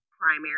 Primary